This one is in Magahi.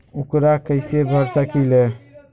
ऊकरा कैसे भर सकीले?